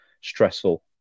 stressful